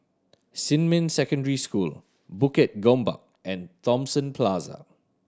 Xinmin Secondary School Bukit Gombak and Thomson Plaza